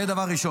זה, דבר ראשון.